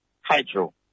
hydro